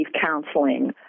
counseling